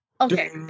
Okay